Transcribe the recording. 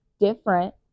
different